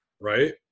Right